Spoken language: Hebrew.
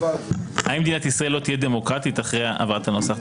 האם מדינת ישראל לא תהיה דמוקרטית אחרי העברת הנוסח.